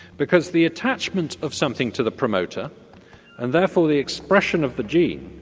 because the attachment of something to the promoter and therefore the expression of the gene,